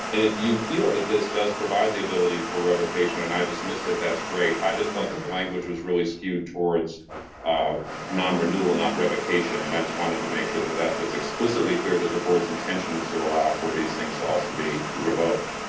and if you feel that this does provide the ability for revocation and i just missed it, that's great. i just felt that the language was really skewed towards a non-renewal not revocation. and i just wanted to make sure that that was explicitly clear that the board's intention is to allow for these things to also be revoked.